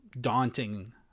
daunting